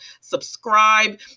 Subscribe